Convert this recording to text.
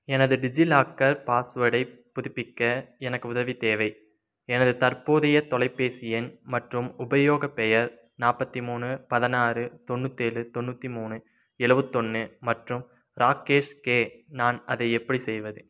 எனது டிஜிலாக்கர் பாஸ்வேர்டைப் புதுப்பிக்க எனக்கு உதவி தேவை எனது தற்போதைய தொலைபேசி எண் மற்றும் உபயோகப் பெயர் நாற்பத்தி மூணு பதினாறு தொண்ணூத்தேழு தொண்ணூற்றி மூணு எழுவத்தொன்று மற்றும் ராக்கேஷ் கே நான் அதை எப்படி செய்வது